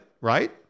right